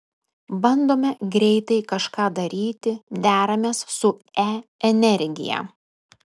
bandome greitai kažką daryti deramės su e energija